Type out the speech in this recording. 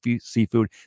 seafood